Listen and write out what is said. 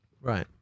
Right